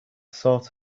sort